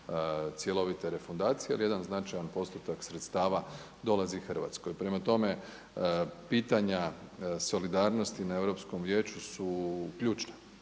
cjelovite refundacije jer jedan značajan postotak sredstava dolazi Hrvatskoj. Prema tome, pitanja solidarnosti na Europskom vijeću su ključna,